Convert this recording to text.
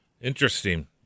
Interesting